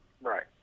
Right